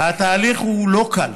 והתהליך הוא לא קל.